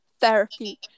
therapy